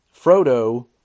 Frodo